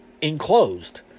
enclosed